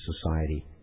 society